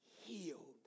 healed